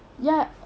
ya